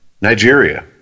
Nigeria